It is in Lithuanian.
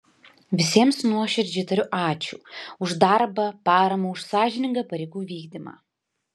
visiems nuoširdžiai tariu ačiū už darbą paramą už sąžiningą pareigų vykdymą